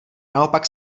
naopak